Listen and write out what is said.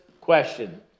question